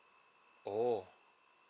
oh